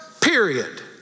period